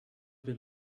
been